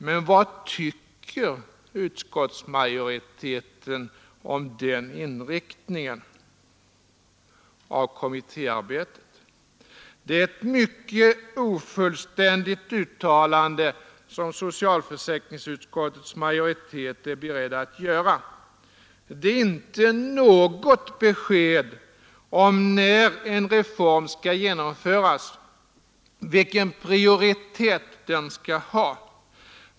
Men vad tycker utskottsmajoriteten om den inriktningen av kommittéarbetet? Det är ett mycket ofullständigt uttalande som socialförsäkringsutskottets majoritet är beredd att göra. Det är inte något besked om när en reform skall genomföras — vilken prioritet den skall ha.